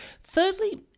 Thirdly